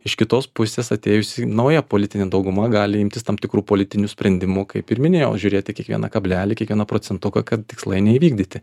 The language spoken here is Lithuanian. iš kitos pusės atėjusi nauja politinė dauguma gali imtis tam tikrų politinių sprendimų kaip ir minėjau žiūrėti kiekvieną kablelį kiekvieną procentuką kad tikslai neįvykdyti